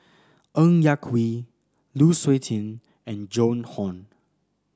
Ng Yak Whee Lu Suitin and Joan Hon